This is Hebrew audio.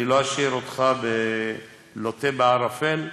אני לא אשאיר אותך לוט בערפל,